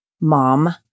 mom